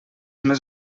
més